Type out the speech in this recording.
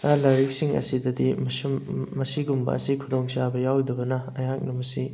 ꯂꯥꯏꯔꯤꯛꯁꯤꯡ ꯑꯁꯤꯗꯗꯤ ꯃꯁꯤꯒꯨꯝꯕ ꯑꯁꯤ ꯈꯨꯗꯣꯡꯆꯥꯕ ꯌꯥꯎꯗꯕꯅ ꯑꯩꯍꯥꯛꯅ ꯃꯁꯤ